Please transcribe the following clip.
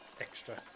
extra